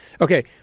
Okay